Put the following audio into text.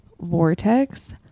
Vortex